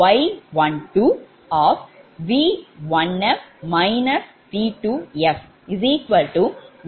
2857 0